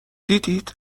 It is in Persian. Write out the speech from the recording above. دیدید